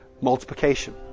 multiplication